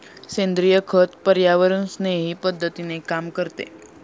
सेंद्रिय खत पर्यावरणस्नेही पद्धतीने काम करते